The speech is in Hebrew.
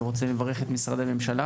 ואני גם רוצה לברך את משרדי הממשלה.